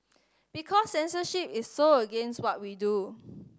because censorship is so against what we do